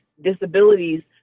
disabilities